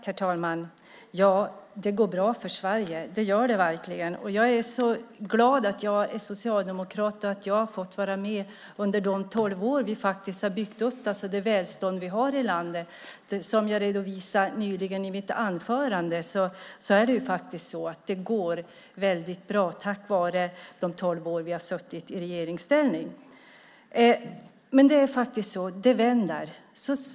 Herr talman! Ja, det går bra för Sverige. Det gör det verkligen. Jag är glad att jag som socialdemokrat fått vara med under de tolv åren då vi byggde upp det välstånd som vi nu har i landet. Som jag redovisade i mitt huvudanförande går det väldigt bra tack vare de tolv åren vi satt i regeringsställning. Men det vänder.